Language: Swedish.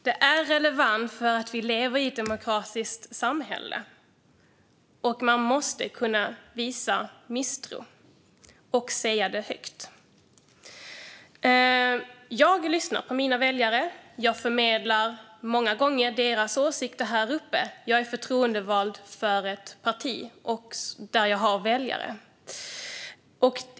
Det är relevant för att vi lever i ett demokratiskt samhälle, och man måste kunna visa misstro och säga det högt. Jag lyssnar på mina väljare. Jag förmedlar många gånger deras åsikter här. Jag är förtroendevald för ett parti där jag har väljare.